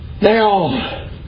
Now